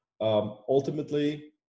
Ultimately